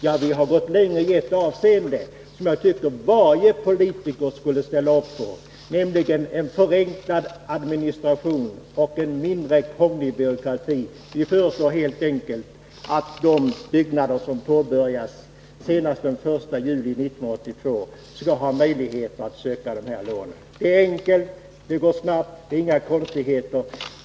Ja, vi har gått längre i ett avseende, som jag tycker att varje politiker borde ställa upp på, nämligen en förenklad administration, en mindre krånglig byråkrati. Vi föreslår helt enkelt att man skall ha möjlighet att söka de här lånen för byggnader som påbörjas senast den 1 juli 1982. Det är enkelt, det går snabbt, det är inga konstigheter.